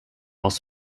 was